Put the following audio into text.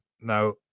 now